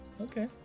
Okay